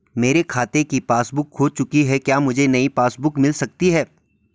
मेरे खाते की पासबुक बुक खो चुकी है क्या मुझे नयी पासबुक बुक मिल सकती है?